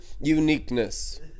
uniqueness